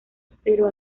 pero